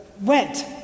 went